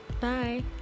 Bye